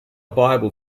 bible